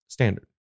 Standard